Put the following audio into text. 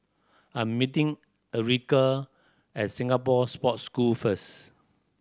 I'm meeting Ericka at Singapore Sports School first